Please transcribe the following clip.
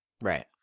Right